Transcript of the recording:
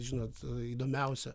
žinot įdomiausia